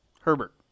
Herbert